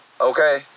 Okay